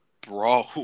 bro